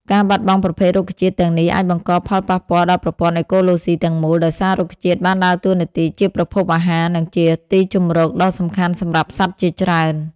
ការបាត់បង់ប្រភេទរុក្ខជាតិទាំងនេះអាចបង្កផលប៉ះពាល់ដល់ប្រព័ន្ធអេកូឡូស៊ីទាំងមូល ដោយសាររុក្ខជាតិបានដើរតួនាទីជាប្រភពអាហារ និងទីជម្រកដ៏សំខាន់សម្រាប់សត្វជាច្រើន។